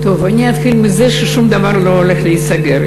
אני אתחיל מזה ששום דבר לא הולך להיסגר.